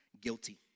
guilty